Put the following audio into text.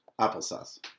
applesauce